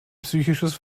psychisches